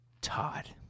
Todd